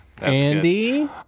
Andy